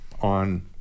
on